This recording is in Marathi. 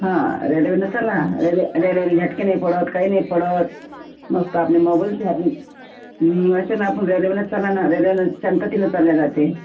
हा रेल्वेने चला रेल रेल्वेने झटके नाही पडत काही नाही पडत मस्त आपले असे ना आपण रेल्वेनेच चला ना रेल्वेने शांततेने चालल्या जाते